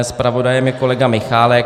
Zpravodajem je kolega Michálek.